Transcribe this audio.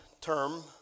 term